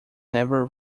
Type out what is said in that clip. never